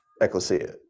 Ecclesia